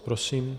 Prosím.